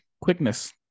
Quickness